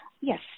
Yes